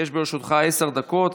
לרשותך עשר דקות,